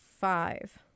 five